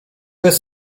jest